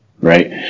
right